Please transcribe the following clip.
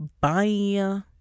bye